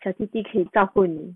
小弟弟可以照顾你